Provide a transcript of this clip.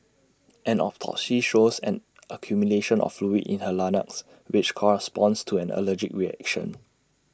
an autopsy shows an accumulation of fluid in her larynx which corresponds to an allergic reaction